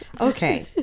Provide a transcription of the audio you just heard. Okay